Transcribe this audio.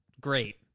Great